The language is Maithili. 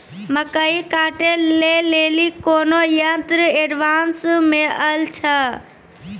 मकई कांटे ले ली कोनो यंत्र एडवांस मे अल छ?